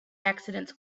accidents